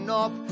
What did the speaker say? up